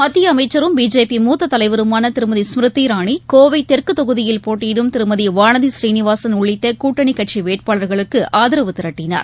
மத்தியஅமைச்சரும் BJP மூத்ததலைவருமானதிருமதி ஸ்மிருதி இரானிகோவைதெற்குதொகுதியில் போட்டியிடும் திருமதிவானதி ஸ்ரீனிவாசன் உள்ளிட்டகூட்டணிக் கட்சிவேட்பாளர்களுக்குஆதரவு திரட்டினார்